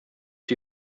die